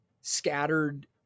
scattered